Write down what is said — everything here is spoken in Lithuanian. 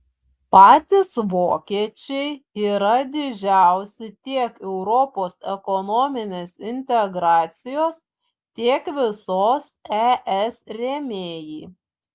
patys vokiečiai yra didžiausi tiek europos ekonominės integracijos tiek visos es rėmėjai